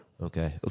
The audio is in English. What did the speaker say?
Okay